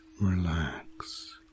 relax